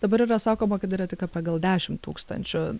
dabar yra sakoma kad yra tik apie gal dešim tūkstančių